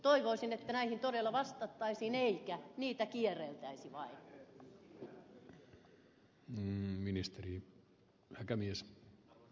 toivoisin että näihin todella vastattaisiin eikä niitä kierreltäisi vain